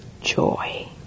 joy